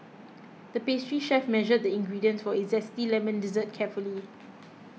the pastry chef measured the ingredients for Zesty Lemon Dessert carefully